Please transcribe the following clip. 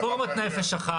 והוועדה תאשר.